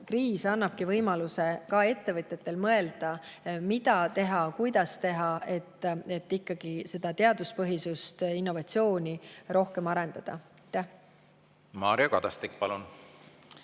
kriis annabki võimaluse ka ettevõtjatel mõelda, mida teha, kuidas teha, et ikkagi seda teaduspõhisust, innovatsiooni rohkem arendada. Aitäh! Teie küsimus